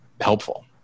helpful